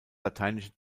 lateinische